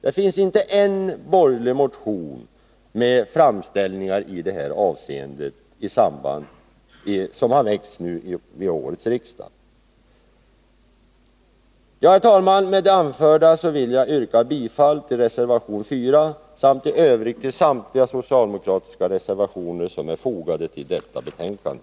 Det har i anledning av budgetpropositionen inte väckts en enda borgerlig motion med framställningar i det här avseendet. Fru talman! Med det anförda vill jag yrka bifall till reservation 4 samt i Övrigt bifall till samtliga socialdemokratiska reservationer som är fogade till detta betänkande.